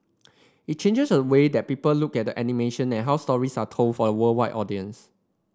it changes a way that people look at animation and how stories are told for a worldwide audience